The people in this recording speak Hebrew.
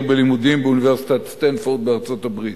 בלימודים באוניברסיטת סטנפורד בארצות-הברית.